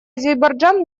азербайджан